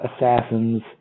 assassins